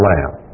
Lamb